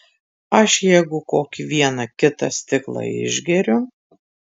aš jeigu kokį vieną kitą stiklą išgeriu